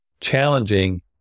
challenging